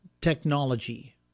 technology